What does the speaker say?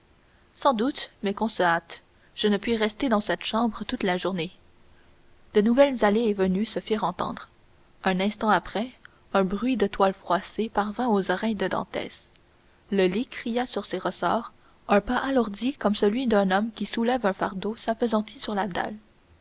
sans doute mais qu'on se hâte je ne puis rester dans cette chambre toute la journée de nouvelles allées et venues se firent entendre un instant après un bruit de toile froissée parvint aux oreilles de dantès le lit cria sur ses ressorts un pas alourdi comme celui d'un homme qui soulève un fardeau s'appesantit sur la dalle